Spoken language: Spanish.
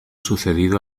sucedido